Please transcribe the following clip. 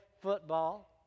football